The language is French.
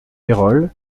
pérols